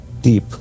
deep